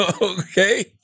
Okay